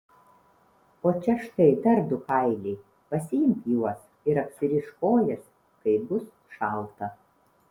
o čia štai dar du kailiai pasiimk juos ir apsirišk kojas kai bus šalta